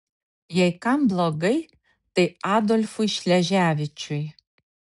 jei kam blogai tai adolfui šleževičiui